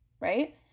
right